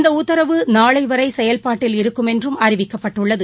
இந்தஉத்தரவு நாளைவரைசெயல்பாட்டில் இருக்கும் என்றும் அறிவிக்கப்பட்டுள்ளது